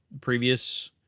previous